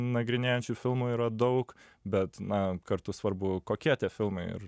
nagrinėjančių filmų yra daug bet na kartu svarbu kokie tie filmai ir